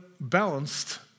balanced